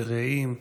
ברעים,